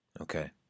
Okay